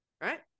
Right